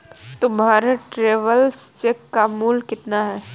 तुम्हारे travellers cheque का मूल्य कितना है?